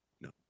No